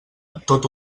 tot